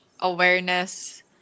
awareness